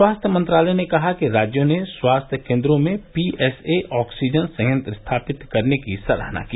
स्वास्थ्य मंत्रालय ने कहा कि राज्यों ने स्वास्थ्य केंद्रों में पीएसए ऑक्सीजन संयंत्र स्थापित करने की सराहना की